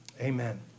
amen